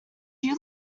you